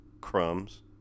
crumbs